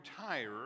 retire